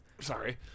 sorry